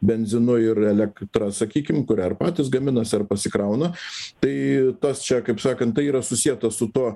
benzinu ir elektra sakykim kurią ir patys gaminasi ar pasikrauna tai tas čia kaip sakant tai yra susieta su tuo